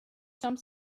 some